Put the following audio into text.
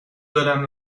دلم